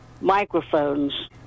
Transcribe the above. microphones